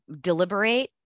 deliberate